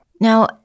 Now